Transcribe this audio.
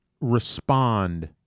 respond